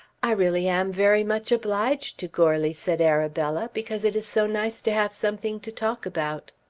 i really am very much obliged to goarly, said arabella, because it is so nice to have something to talk about.